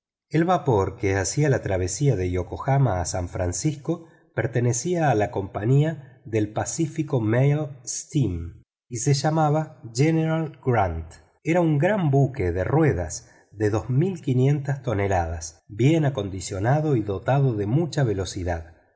el vapor que hacía la travesía de yokohama a san francisco pertenecía a la compañía del pacific mail steam y se llamaba general grant era un gran buque de ruedas de dos mil quinientas toneladas bien acondicionado y dotado de mucha velocidad